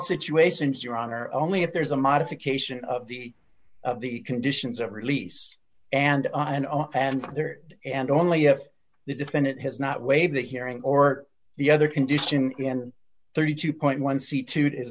situations your honor only if there is a modification of the of the conditions of release and on and on and there and only if the defendant has not waived that hearing or the other condition and thirty two point one see to i